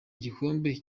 igikombe